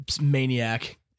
maniac